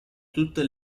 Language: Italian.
tutte